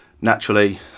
naturally